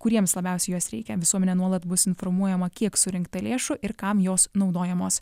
kuriems labiausiai jos reikia visuomenė nuolat bus informuojama kiek surinkta lėšų ir kam jos naudojamos